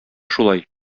шулай